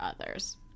others